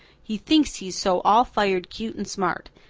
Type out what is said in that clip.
he thinks he's so all-fired cute and smart.